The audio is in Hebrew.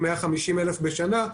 150,000 בשנה,